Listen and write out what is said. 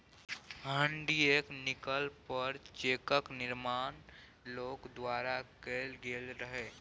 हुंडीयेक नकल पर चेकक निर्माण लोक द्वारा कैल गेल रहय